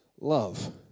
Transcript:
love